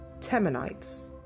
Temanites